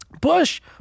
Bush